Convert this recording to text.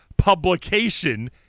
publication